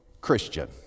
Christian